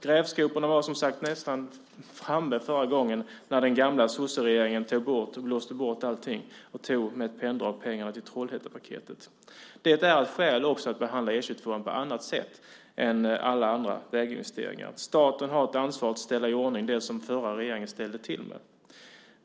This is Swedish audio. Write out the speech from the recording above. Grävskoporna var som sagt nästan framme förra gången när den gamla sosseregeringen tog bort det, blåste bort allting och med ett penndrag tog pengarna till Trollhättepaketet. Det är också ett skäl att behandla E 22:an på annat sätt än alla andra väginvesteringar. Staten har ett ansvar att ställa i ordning det som förra regeringen ställde till med.